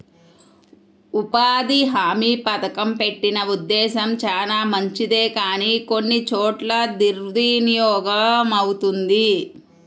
ఉపాధి హామీ పథకం పెట్టిన ఉద్దేశం చానా మంచిదే కానీ కొన్ని చోట్ల దుర్వినియోగమవుతుంది